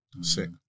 Sick